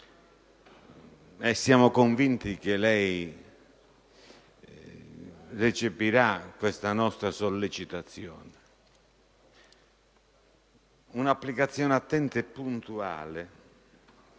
e siamo convinti che lei recepirà questa nostra sollecitazione - un'applicazione attenta e puntuale